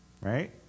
right